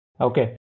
okay